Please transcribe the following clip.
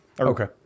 Okay